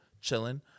chilling